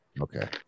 Okay